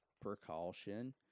precaution